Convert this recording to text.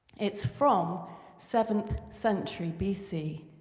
it's from seventh century b c,